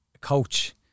coach